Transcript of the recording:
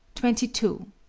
twenty two.